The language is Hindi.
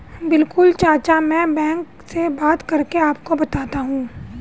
बिल्कुल चाचा में बैंक से बात करके आपको बताता हूं